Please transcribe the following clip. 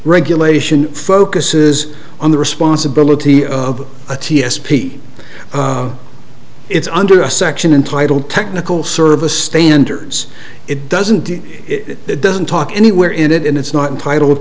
regulation focuses on the responsibility of a ts pete it's under a section in title technical service standards it doesn't it doesn't talk anywhere in it and it's not in title